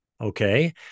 okay